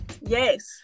Yes